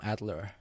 Adler